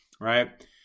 right